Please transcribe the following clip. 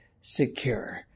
secure